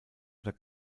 oder